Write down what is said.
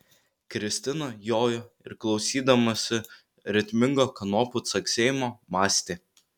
kristina jojo ir klausydamasi ritmingo kanopų caksėjimo mąstė